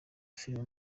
filime